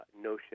notion